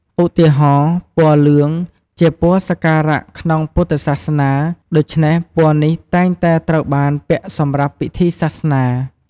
ឧទាហរណ៍ ពណ៌លឿងជាពណ៌សក្ការៈក្នុងពុទ្ធសាសនា ដូច្នេះពណ៌នេះតែងតែត្រូវបានពាក់សម្រាប់ពិធីសាសនា។